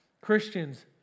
Christians